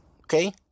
okay